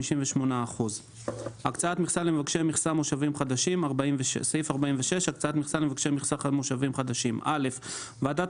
58%. הקצאת מכסה למבקשי מכסה מושביים חדשים 46. ועדת